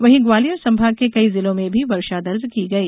वहीं ग्वालियर संभाग के कई जिलों में भी वर्षा दर्ज की गई